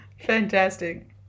Fantastic